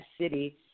city